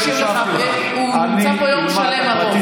הוא נמצא פה יום שלם ארוך.